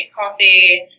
coffee